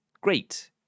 Great